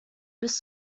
bis